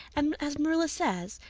and, as marilla says,